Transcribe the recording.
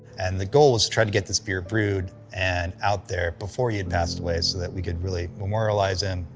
and the goal was to try to get this beer brewed and out there before he had passed away so that we could really memorialize and